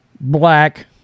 Black